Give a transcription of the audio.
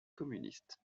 communiste